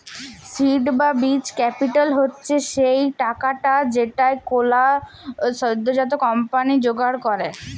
seed বা বীজ capital হচ্ছ সে টাকাটা যেইটা কোলো সদ্যজাত কম্পানি জোগাড় করেক